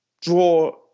draw